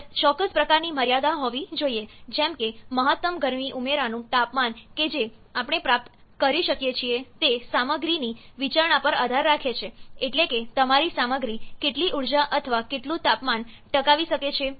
અલબત્ત ચોક્કસ પ્રકારની મર્યાદા હોવી જોઈએ જેમ કે મહત્તમ ગરમી ઉમેરાનું તાપમાન કે જે આપણે પ્રાપ્ત કરી શકીએ છીએ તે સામગ્રીની વિચારણા પર આધાર રાખે છે એટલે કે તમારી સામગ્રી કેટલી ઉર્જા અથવા કેટલું તાપમાન ટકાવી શકે છે